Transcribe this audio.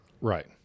Right